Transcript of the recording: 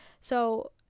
so-